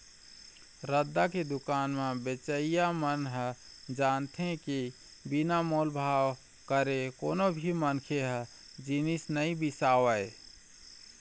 रद्दा के दुकान म बेचइया मन ह जानथे के बिन मोल भाव करे कोनो भी मनखे ह जिनिस नइ बिसावय